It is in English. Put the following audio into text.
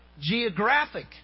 geographic